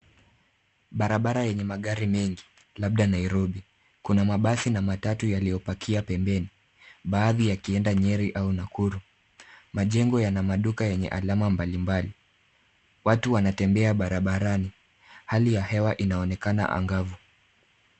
Barabara yenye magari mengi labda Nairobi. Kuna mabasi na matatu yaliyopakia pembeni baadhi yakienda Nyeri au Nakuru. Majengo yana maduka yenye alama mbalimbali. Watu wanatembea barabarani. Hali ya hewa inaonekana angavu.